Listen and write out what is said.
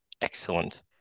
excellent